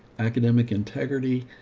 academic integrity,